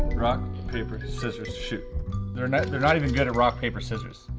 rock paper, scissors, shoo they're not they're not even good at rock paper, scissors.